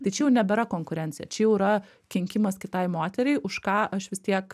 tai čia jau nebėra konkurencija čia jau yra kenkimas kitai moteriai už ką aš vis tiek